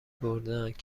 بردهاند